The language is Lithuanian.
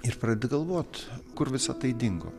ir pradedi galvot kur visa tai dingo